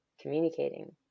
communicating